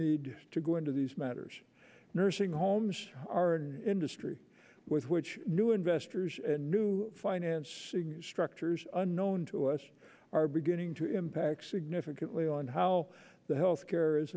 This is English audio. need to go into these matters nursing homes are an industry with which new investors and new financing structures unknown to us are beginning to impact significantly on how the healthcare is